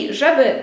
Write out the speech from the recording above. żeby